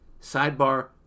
sidebar